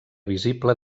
visible